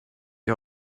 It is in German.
die